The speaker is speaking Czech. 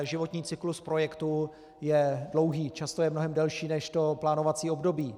Životní cyklus projektů je dlouhý, často je mnohem delší než plánovací období.